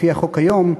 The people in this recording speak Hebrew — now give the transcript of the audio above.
לפי החוק היום,